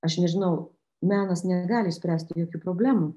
aš nežinau menas negali išspręsti jokių problemų